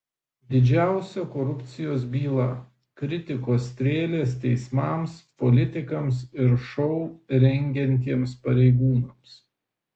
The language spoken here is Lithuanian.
didžiausia korupcijos byla kritikos strėlės teismams politikams ir šou rengiantiems pareigūnams